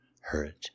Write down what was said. hurt